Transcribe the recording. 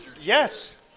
Yes